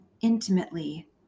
intimately